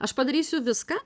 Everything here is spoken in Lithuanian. aš padarysiu viską